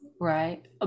Right